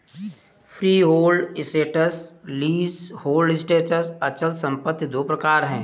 freehold assets, leasehold assets अचल संपत्ति दो प्रकार है